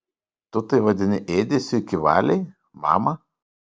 tu tai vadini ėdesiu iki valiai mama